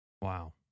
Wow